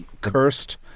cursed